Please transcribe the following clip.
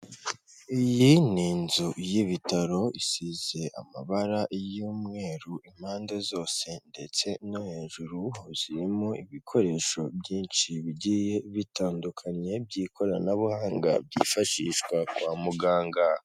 Iyi ni inzu y'ibitaro isize amabara y'umweru impande zose ndetse no hejuru huzuyemo, ibikoresho byinshi bigiye bitandukanye by'ikoranabuhanga byifashishwa kwa muganga.